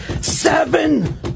Seven